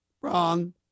Wrong